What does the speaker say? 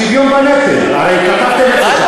השוויון בנטל, הרי כתבתם את זה כאן.